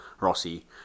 Rossi